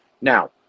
Now